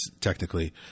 technically